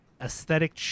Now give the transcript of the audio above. aesthetic